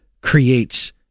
creates